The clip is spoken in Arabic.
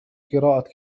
قراءة